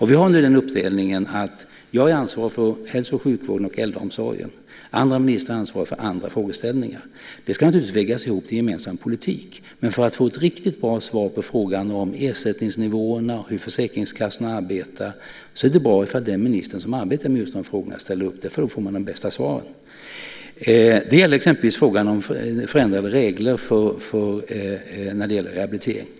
Vi har uppdelningen att jag är ansvarig för hälso och sjukvården och äldreomsorgen. Andra ministrar är ansvariga för andra frågeställningar. Det ska naturligtvis vägas ihop till en gemensam politik. Men för att få ett riktigt bra svar på frågan om ersättningsnivåerna och hur försäkringskassorna arbetar är det bra om den minister som arbetar med just dessa frågor ställer upp därför att man då får de bästa svaren. Det gäller till exempel frågan om förändrade regler i fråga om rehabilitering.